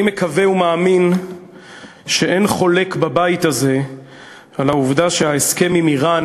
אני מקווה ומאמין שאין חולק בבית הזה על העובדה שההסכם עם איראן